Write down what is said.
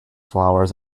flowers